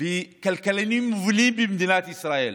וכלכלנים מובילים במדינת ישראל